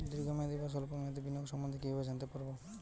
দীর্ঘ মেয়াদি বা স্বল্প মেয়াদি বিনিয়োগ সম্বন্ধে কীভাবে জানতে পারবো?